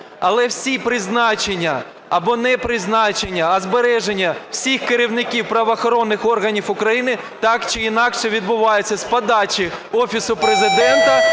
Але всі призначення або не призначення, а збереження всіх керівників правоохоронних органів України, так чи інакше відбуваються з подачі Офісу Президента